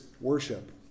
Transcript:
worship